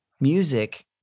music